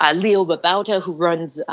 ah leo babauta who runs,